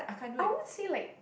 I won't say like